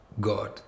God